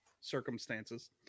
circumstances